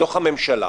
בתוך הממשלה,